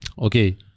Okay